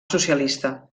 socialista